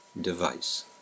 device